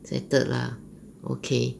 settled lah okay